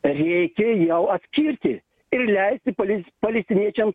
reikia jau atskirti ir leisti palis palestiniečiams